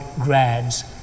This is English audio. grads